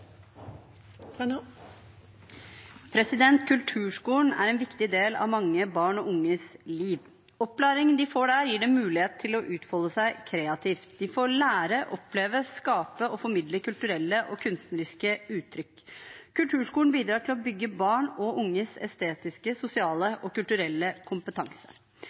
iverksette? Kulturskolen er en viktig del av mange barn og unges liv. Opplæringen de får der, gir dem mulighet til å utfolde seg kreativt. De får lære, oppleve, skape og formidle kulturelle og kunstneriske uttrykk. Kulturskolen bidrar til å bygge barn og unges estetiske, sosiale og kulturelle kompetanse.